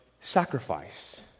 sacrifice